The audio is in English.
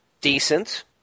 decent